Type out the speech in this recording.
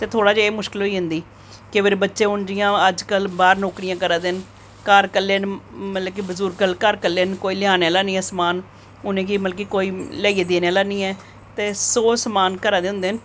ते थोह्ड़ा जेहा मुश्कल होई जंदी केईं बारी बच्चे हून जियां बाहर नौकरियां करा दे न घर कल्लै मतलब की बजुरग घर कल्लै न कोई लेआई आने आह्ला निं ऐ समान उनेंगी मतलब की कोई लेई देने आह्ला निं ऐ ते सौ समान घरा दे होंदे न